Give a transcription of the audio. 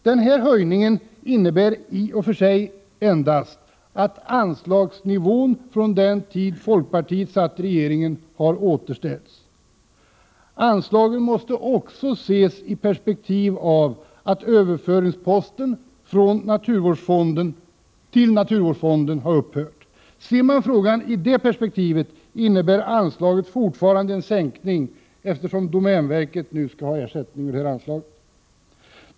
Denna höjning innebär i och för sig endast att anslaget har återställts till den nivå det låg på under den tid då folkpartiet satt i regeringen. Anslaget måste också ses i perspektivet av att posten för överföring till naturvårdsfonden har upphört. Ser man frågan i det perspektivet, innebär anslaget fortfarande en sänkning, eftersom domänverket nu skall ha ersättning ur anslaget.